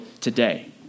today